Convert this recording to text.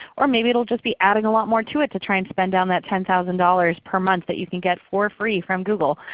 or maybe it'll be just be adding a lot more to it to try and spend down that ten thousand dollars per month that you can get for free from google.